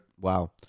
wow